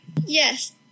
Yes